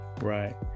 right